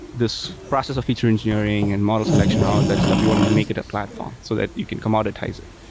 this process of feature engineering and model selection and all of that stuff, you want to make it a platform so that you can commoditize it.